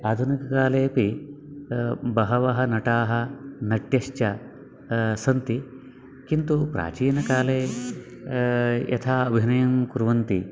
आधुनिककालेपि बहवः नटाः नट्यश्च सन्ति किन्तु प्राचीनकाले यथा अभिनयं कुर्वन्ति